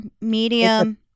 medium